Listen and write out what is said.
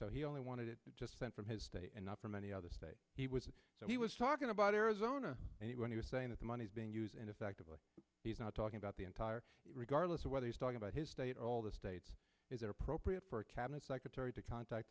so he only wanted it from his state and not from any other state he was he was talking about arizona and when he was saying that the money is being used and effectively he's not talking about the entire regardless of whether he's talking about his state all the states is that appropriate for a cabinet secretary to contact